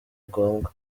ngombwa